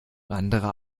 anderer